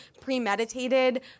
premeditated